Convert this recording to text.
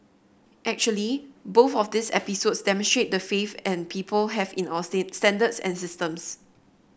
actually both of these episodes demonstrate the faith and people have in our stay standards and systems